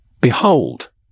behold